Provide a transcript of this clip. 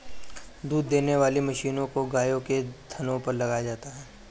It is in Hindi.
दूध देने वाली मशीन को गायों के थनों पर लगाया जाता है